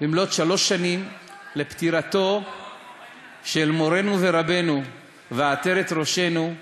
במלאות שלוש שנים לפטירתו של מורנו ורבנו ועטרת ראשנו,